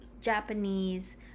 Japanese